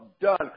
done